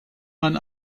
man